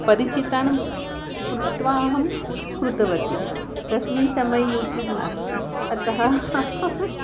परिचितान् पृष्ट्वा अहं कृतवती तस्मिन् समये यूट्यूब् नास्ति अतः अहम्